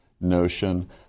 notion